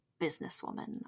businesswoman